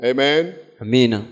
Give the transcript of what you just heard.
Amen